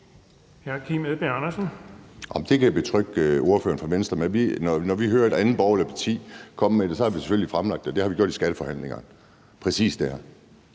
Der kan jeg betrygge ordføreren for Venstre. Når vi hører et andet borgerligt parti komme med det, har vi selvfølgelig fremlagt det. Det har vi gjort i skatteforhandlingerne – præcis dér.